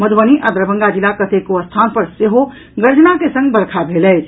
मधुबनी आ दरभंगा जिलाक कतेको स्थान पर सेहो गर्जना के संग वर्षा भेल अछि